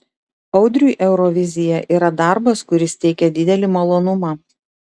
audriui eurovizija yra darbas kuris teikia didelį malonumą